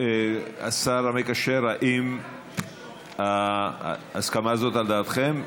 השר המקשר, האם ההסכמה הזאת היא על דעתכם?